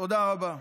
תודה רבה.